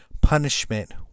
Punishment